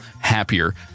happier